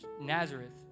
Nazareth